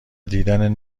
دیدن